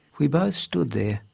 we both stood there,